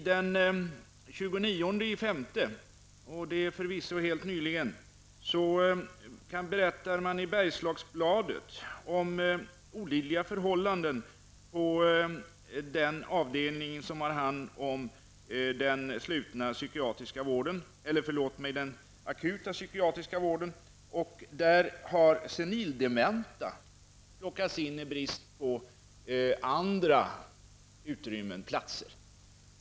Den 29 maj -- förvisso helt nyligen -- berättar man i Bergslagsbladet om olidliga förhållanden på den avdelning som har hand om den akuta psykiatriska vården. Där har senildementa plockats in, i brist på andra platser.